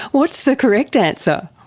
what's the correct answer?